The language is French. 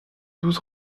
douze